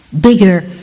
bigger